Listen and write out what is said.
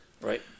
Right